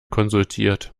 konsultiert